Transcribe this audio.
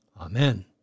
Amen